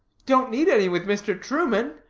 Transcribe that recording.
don't need any with mr. truman.